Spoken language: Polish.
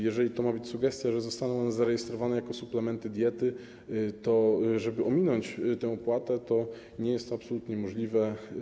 Jeżeli to ma być sugestia, że zostaną one zarejestrowane jako suplementy diety, żeby ominąć tę opłatę, to nie jest to absolutnie możliwe.